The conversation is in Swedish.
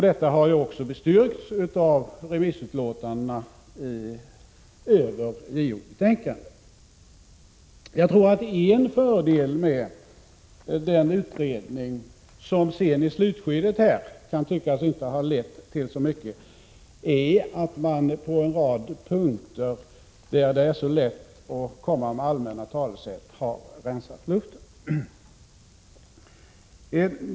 Detta har också bestyrkts av remissutlåtandena över JO-betänkandet. En fördel med den utredning som har gjorts — som sedan i slutskedet kan tyckas inte ha lett till så mycket — är att man har rensat luften på en rad punkter, där det är mycket lätt att tillämpa allmänna talesätt.